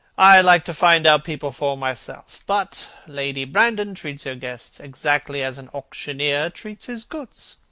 i like to find out people for myself. but lady brandon treats her guests exactly as an auctioneer treats his goods.